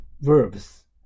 verbs